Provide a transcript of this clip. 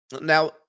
Now